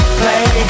play